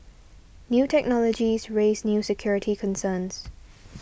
new technologies raise new security concerns